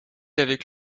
avec